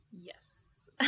Yes